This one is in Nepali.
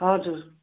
हजुर